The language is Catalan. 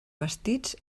vestits